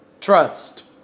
trust